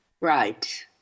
Right